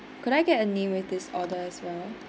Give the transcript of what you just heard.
could I get a name with this order as well